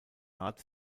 art